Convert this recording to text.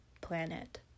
planet